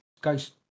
ghost